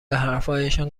حرفهایشان